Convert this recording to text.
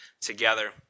together